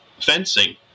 fencing